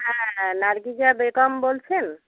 হ্যাঁ নারগিজা বেগম বলছেন